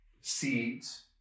seeds